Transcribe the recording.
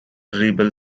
rebel